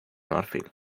marfil